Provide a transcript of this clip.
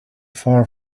far